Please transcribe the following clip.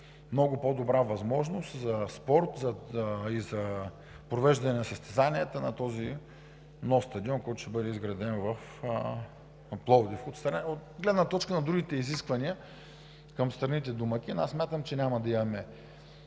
много по-добра възможност за спорт и за провеждане на състезания на този нов стадион, който ще бъде изграден в Пловдив. От гледна точка на другите изисквания към страните домакин смятам, че няма да имаме